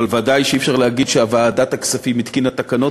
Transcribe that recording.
אבל ודאי שאי-אפשר להגיד שוועדת הכספים התקינה תקנות,